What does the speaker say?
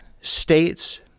states